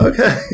Okay